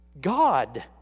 God